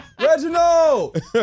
Reginald